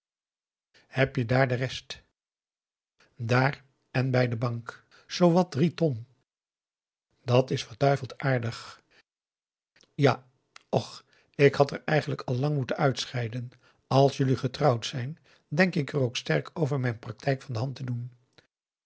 heb je daar de rest daar en bij de bank zoowat drie ton dat is verduiveld aardig ja och ik had er eigenlijk al lang moeten uitscheiden als jelui getrouwd zijt denk ik er ook sterk over mijn praktijk van de hand te doen